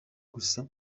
gusa